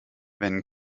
wenn